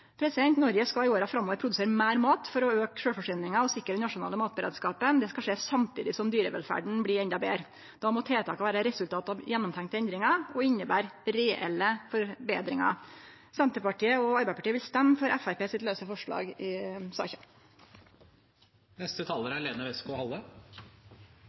Noreg skal i åra framover produsere meir mat for å auke sjølvforsyninga og sikre den nasjonale matberedskapen. Det skal skje samtidig som dyrevelferda blir endå betre. Då må tiltaka vere eit resultat av gjennomtenkte endringar og innebere reelle forbetringar. Senterpartiet og Arbeidarpartiet vil stemme for det lause forslaget frå Framstegspartiet i